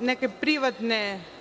neka privatna